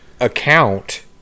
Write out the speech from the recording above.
account